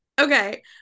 Okay